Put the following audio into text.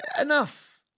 Enough